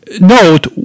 note